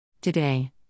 Today